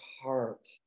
heart